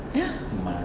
!huh!